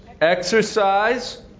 Exercise